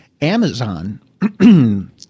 Amazon